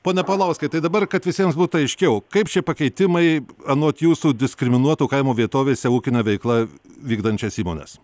pone paulauskai tai dabar kad visiems būtų aiškiau kaip šie pakeitimai anot jūsų diskriminuotų kaimo vietovėse ūkinę veiklą vykdančias įmones